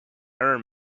error